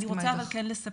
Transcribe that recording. אני רוצה אבל כן לספר,